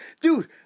Dude